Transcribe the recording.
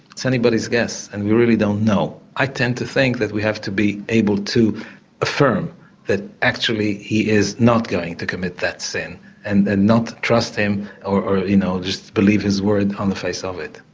it's anybody's guess and we really don't know. i tend to think that we have to be able to affirm that actually he is not going to commit that sin and and not trust him or you know just believe his word on the face of it.